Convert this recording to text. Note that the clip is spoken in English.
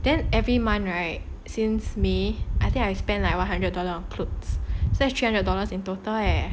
then every month right since may I think I spend like one hundred dollar on clothes so it's three hundred dollars in total leh